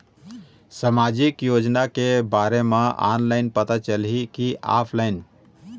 सामाजिक योजना के बारे मा ऑनलाइन पता चलही की ऑफलाइन?